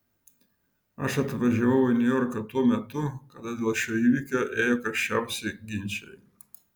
aš atvažiavau į niujorką tuo metu kada dėl šio įvykio ėjo karščiausi ginčai